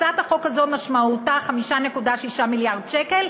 הצעת החוק הזאת משמעותה 5.6 מיליארד שקל,